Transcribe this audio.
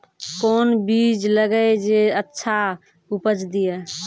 कोंन बीज लगैय जे अच्छा उपज दिये?